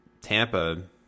Tampa –